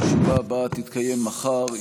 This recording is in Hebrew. הישיבה הבאה תתקיים מחר,